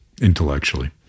intellectually